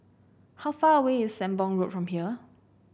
how far away is Sembong Road from here